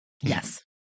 Yes